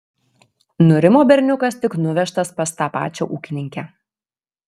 nurimo berniukas tik nuvežtas pas tą pačią ūkininkę